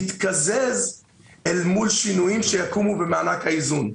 יתקזז אל מול שינויים שיקומו במענק האיזון.